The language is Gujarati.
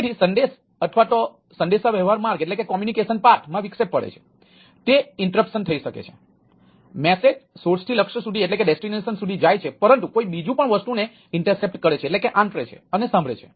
તેથી સંદેશ અથવા સંદેશાવ્યવહાર માર્ગ છે અને સાંભળે છે